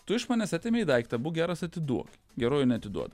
tu iš manęs atėmei daiktą būk geras atiduok geruoju neatiduoda